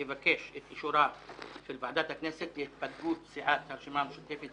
אבקש את אישורה של ועדת הכנסת להתפלגות סיעת הרשימה המשותפת,